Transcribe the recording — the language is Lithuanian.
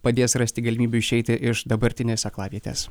padės rasti galimybių išeiti iš dabartinės aklavietės